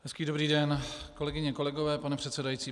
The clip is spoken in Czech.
Hezký dobrý den, kolegyně, kolegové, pane předsedající.